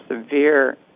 severe